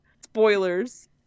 Spoilers